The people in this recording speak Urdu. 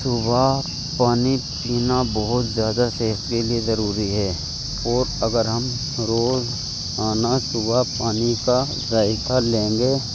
صبح پانی پینا بہت زیادہ صحت کے لیے ضروری ہے اور اگر ہم روزانہ صبح پانی کا ذائقہ لیں گے